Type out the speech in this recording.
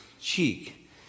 cheek